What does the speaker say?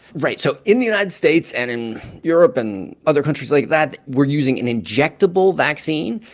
right. so in the united states and in europe and other countries like that, we're using an injectable vaccine,